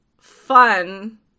fun